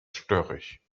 störrisch